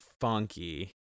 funky